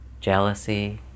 jealousy